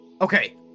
Okay